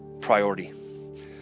priority